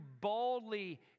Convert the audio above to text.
boldly